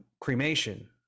cremation